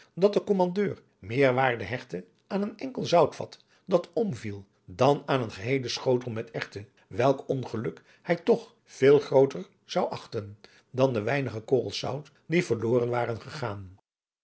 dat de kommandeur meer waarde hechtte aan een enkel zoutvat dat omviel dan aan een geheelen schotel met erwten welk ongeluk hij toch veel grooter zou achten dan de weinige korrels zout die verloren waren gegaan